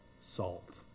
Salt